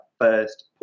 first